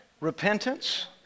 Repentance